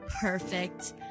Perfect